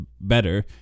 better